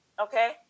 Okay